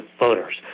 voters